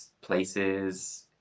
places